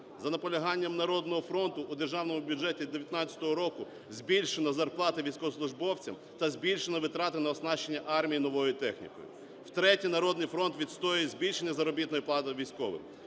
За наполяганням "Народного фронту" у Державному бюджеті 19-го року збільшено зарплати військовослужбовцям та збільшено витрати на оснащення армії новою технікою. Втретє "Народний фронт" відстоює збільшення заробітної плати військовим.